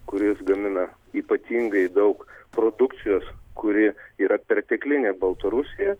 kuris gamina ypatingai daug produkcijos kuri yra perteklinė baltarusija